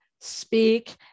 speak